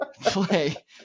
play